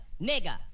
nigga